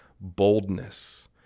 boldness